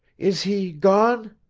is he gone?